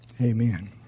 Amen